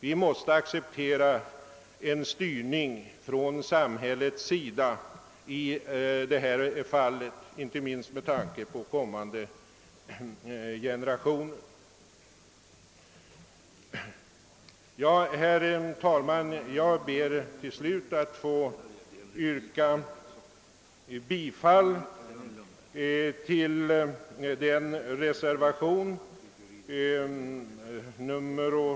Vi måste i dessa sammanhang acceptera en styrning från samhällets sida, inte minst med tanke på kommande generationer. Herr talman! Jag ber till slut att få yrka bifall till reservationen II vid ut skottets utlåtande.